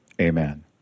Amen